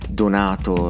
donato